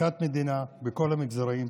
מכת מדינה בכל המגזרים,